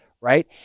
right